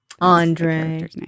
Andre